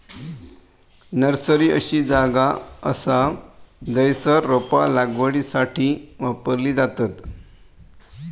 nursery अशी जागा असा जयसर रोपा लागवडीसाठी वापरली जातत